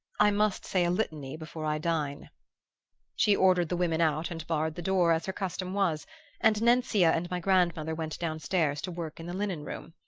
i must say a litany before i dine she ordered the women out and barred the door, as her custom was and nencia and my grandmother went down-stairs to work in the linen-room.